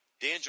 Dan